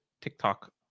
TikTok